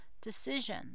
decision